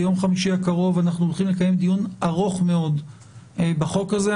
ביום חמישי הקרוב אנחנו הולכים לקיים דיון ארוך מאוד בחוק הזה.